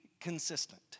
consistent